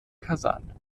kasan